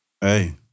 Hey